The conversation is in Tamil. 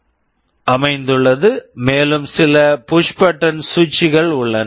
டி LED இங்கே உள்ளது மேலும் சில புஷ் பட்டன் சுவிட்சு push button switches கள் உள்ளன